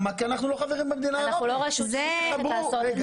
כי אנחנו לא חברים בשוק האירופי.